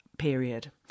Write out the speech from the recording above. Period